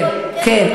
כן, כן.